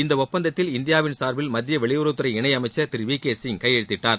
இந்த ஒப்பந்தத்தில் இந்தியாவின் சார்பில் மத்திய வெளியுறவுத்துறை இணையமைச்சர் திரு வி கே சிங் கையெழுத்திட்டார்